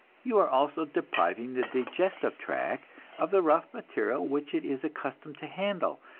you are also depriving the digestive tract of the rough material which it is accustomed to handle,